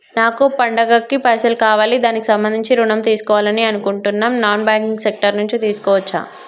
నాకు పండగ కి పైసలు కావాలి దానికి సంబంధించి ఋణం తీసుకోవాలని అనుకుంటున్నం నాన్ బ్యాంకింగ్ సెక్టార్ నుంచి తీసుకోవచ్చా?